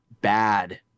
bad